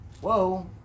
Whoa